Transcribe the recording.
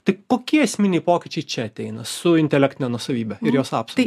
tai kokie esminiai pokyčiai čia ateina su intelektine nuosavybe ir jos apstu